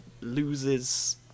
loses